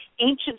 ancient